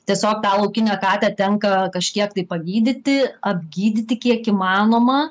tiesiog tą laukinę katę tenka kažkiek tai pagydyti apgydyti kiek įmanoma